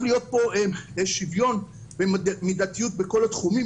להיות פה שוויון מידתיות בכל התחומים,